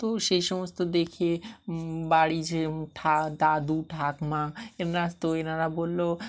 তো সেই সমস্ত দেখে বাড়ি যে ঠা দাদু ঠাকমা এঁর তো এনারা বললো